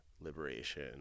liberation